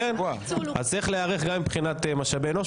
אז צריך להיערך גם מבחינת משאבי אנוש,